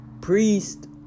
priest